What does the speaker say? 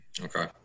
Okay